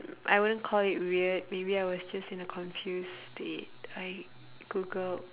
I wouldn't call it weird maybe I was just in a confused state I googled